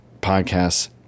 podcasts